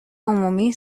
عمومی